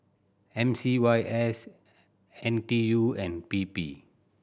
M C Y S N T U and P P